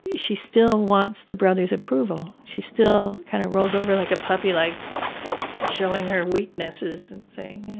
she still wants the brothers' approval. she still kind of rolls over like a puppy like showing her weaknesses and saying,